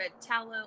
tallow